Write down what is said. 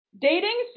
Dating